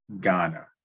Ghana